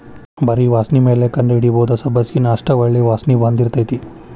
ಬರಿ ವಾಸ್ಣಿಮ್ಯಾಲ ಕಂಡಹಿಡಿಬಹುದ ಸಬ್ಬಸಗಿನಾ ಅಷ್ಟ ಒಳ್ಳೆ ವಾಸ್ಣಿ ಹೊಂದಿರ್ತೈತಿ